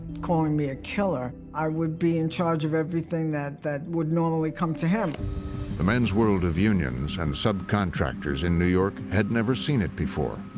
calling me a killer. i would be in charge of everything that that would normally come to him. narrator the men's world of unions and subcontractors in new york had never seen it before.